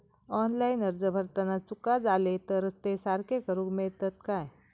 Online अर्ज भरताना चुका जाले तर ते सारके करुक मेळतत काय?